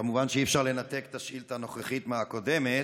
כמובן שאי-אפשר לנתק את השאילתה הנוכחית מהקודמת.